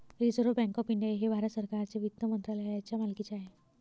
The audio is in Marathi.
रिझर्व्ह बँक ऑफ इंडिया हे भारत सरकारच्या वित्त मंत्रालयाच्या मालकीचे आहे